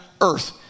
earth